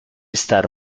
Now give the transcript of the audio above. estar